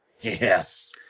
Yes